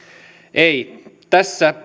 ei tässä